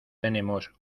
tenemos